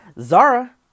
Zara